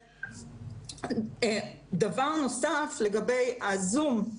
דבר נוסף, לגבי הזום.